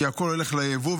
כי הכול הולך ליבוא.